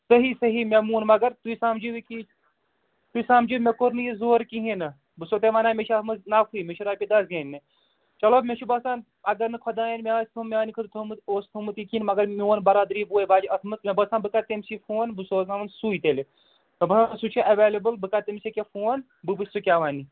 صحیح صحیح مےٚ مون مگر تُہۍ سَمجِو یہِ کہِ تُہۍ سَمجِو مےٚ کوٚر نہٕ یہِ زورٕ کِہیٖنۍ نہٕ بہٕ چھُسو تۄہہِ وَنان مےٚ چھِ اَتھ منٛز نَفہٕے مےٚ چھِ رۄپیہِ داہ زیننہِ چلو مےٚ چھُ باسان اگر نہٕ خۄدایَن مےٚ آسہِ تھوٚمُت میٛانہِ خٲطرٕ تھوٚمُت اوس تھوٚمُت یہِ کِہیٖنۍ مَگر میون برادٔری بوے بَچہِ اَتھ منٛز مےٚ باسان بہٕ کَرٕ تٔمۍ سٕے فون بہٕ سوزناوَن سُے تیٚلہِ مےٚ باسان سُہ چھُ اٮ۪ویلِبٕل بہٕ کَر تٔمِس ییٚکیٛاہ فون بہٕ وٕچھِ سُہ کیٛاہ وَنہِ